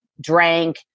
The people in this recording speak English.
drank